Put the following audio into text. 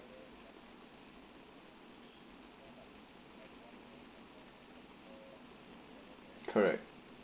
correct